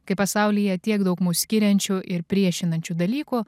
kai pasaulyje tiek daug mus skiriančių ir priešinančių dalykų